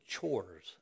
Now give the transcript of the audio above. chores